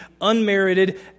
unmerited